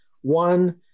One